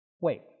Wait